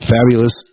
Fabulous